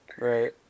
Right